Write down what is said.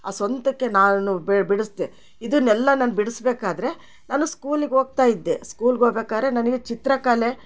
ಆ ಸ್ವಂತಕ್ಕೆ ನಾನು ಬೇ ಬಿಡ್ಸ್ದೆ ಇದುನ್ನೆಲ್ಲ ನಾನು ಬಿಡಸ್ಬೇಕಾದರೆ ನಾನು ಸ್ಕೂಲಿಗೆ ಹೋಗ್ತಾ ಇದ್ದೆ ಸ್ಕೂಲ್ಗೆ ಹೋಗ್ಬೇಕಾರೆ ನನಗೆ ಚಿತ್ರಕಲೆ